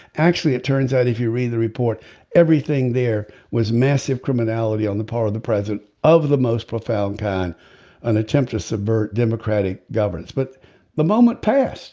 actually it turns out if you read the report everything there was massive criminality on the part of the president of the most profound kind an attempt to subvert democratic governance but the moment passed